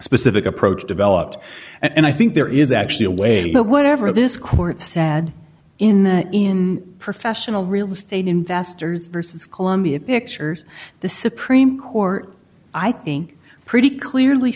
specific approach developed and i think there is actually a way that whatever this court said in the in professional real estate investors versus columbia pictures the supreme court i think pretty clearly